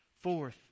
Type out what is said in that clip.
Fourth